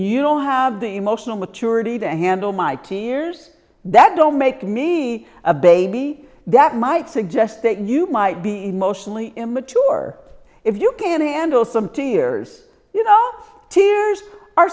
you don't have the emotional maturity to handle my two years that don't make me a baby that might suggest that you might be emotionally immature if you can handle some tears you